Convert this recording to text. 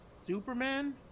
superman